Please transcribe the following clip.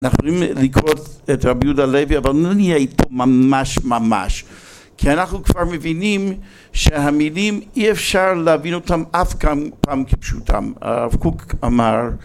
אנחנו הולכים לקרוא את רבי יהודה לוי אבל לא נהיה איתו ממש ממש כי אנחנו כבר מבינים שהמילים אי אפשר להבין אותם אף פעם כפשוטם. הרב קוק אמר